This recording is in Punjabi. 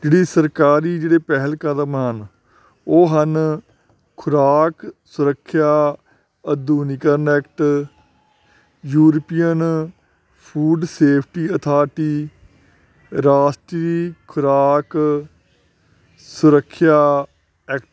ਜਿਹਦੀ ਸਰਕਾਰੀ ਜਿਹੜੇ ਪਹਿਲ ਕਦਮ ਹਨ ਉਹ ਹਨ ਖੁਰਾਕ ਸੁਰੱਖਿਆ ਅਧੂਨੀਕਰਨ act European food safety authority ਰਾਸ਼ਟਰੀ ਖੁਰਾਕ ਸੁਰੱਖਿਆ ਐਕਟ